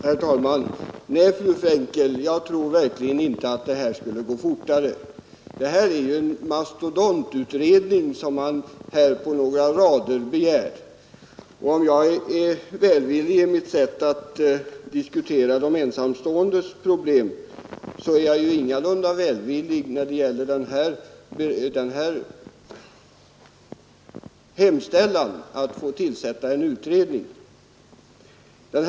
Herr talman! Nej, fru Frenkel, jag tror verkligen inte att den här frågan skulle lösas snabbare genom en utredning. Det är ju en mastodontutredning som man med några rader begär. Om jag är välvillig i mitt sätt att diskutera de ensamståendes problem så är jag ingalunda välvillig när det gäller denna hemställan att få en utredning tillsatt.